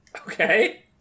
Okay